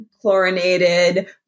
chlorinated